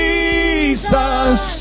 Jesus